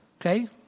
Okay